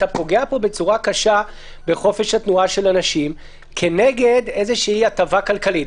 אתה פוגע פה בצורה קשה בחופש התנועה של אנשים כנגד איזה הטבה כלכלית.